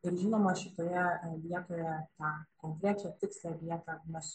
ir žinoma šitoje vietoje tą konkrečią tikslią vietą mes